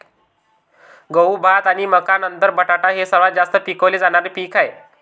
गहू, भात आणि मका नंतर बटाटा हे सर्वात जास्त पिकवले जाणारे पीक आहे